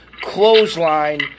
clothesline